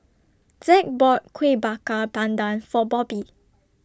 Zack bought Kuih Bakar Pandan For Bobbi